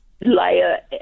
layer